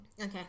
Okay